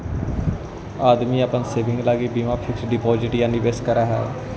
आदमी अपन सेविंग लगी बीमा फिक्स डिपाजिट या निवेश करऽ हई